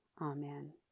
Amen